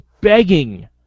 begging